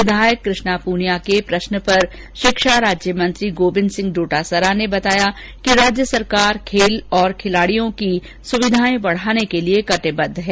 विधायक कृष्णा प्रनिया के तारांकित प्रश्न पर शिक्षा राज्य मंत्री गोविन्द सिंह डोटासरा ने विधानसभा में बताया कि राज्य सरकार खेल और खिलाड़ियों की सुविधाएं बढ़ाने के लिए कटिबद्ध है